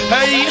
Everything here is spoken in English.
Hey